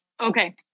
Okay